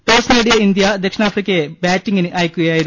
toss നേടിയ India ദക്ഷിണാഫ്രിക്കയെ ബാറ്റിങ്ങിന് അയക്കുകയായിരുന്നു